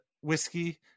whiskey